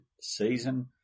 season